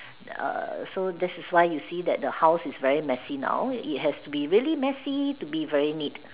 err so this is why you see that the house is very messy now it has to be really messy to be very neat